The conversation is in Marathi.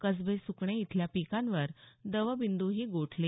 कसबे सुकणे इथल्या पिकांवर दव बिंद्ही गोठले